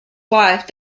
wife